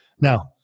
Now